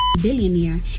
billionaire